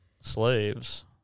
slaves